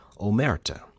omerta